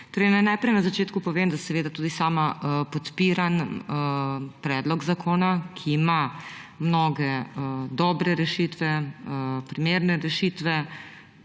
najprej na začetku povem, da seveda tudi sama podpiram predlog zakona, ki ima mnoge dobre rešitve, primerne rešitve,